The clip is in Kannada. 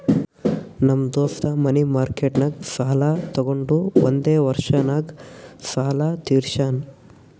ನಮ್ ದೋಸ್ತ ಮನಿ ಮಾರ್ಕೆಟ್ನಾಗ್ ಸಾಲ ತೊಗೊಂಡು ಒಂದೇ ವರ್ಷ ನಾಗ್ ಸಾಲ ತೀರ್ಶ್ಯಾನ್